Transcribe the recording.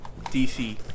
DC